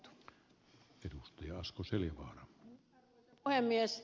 arvoisa puhemies